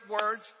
words